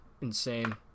insane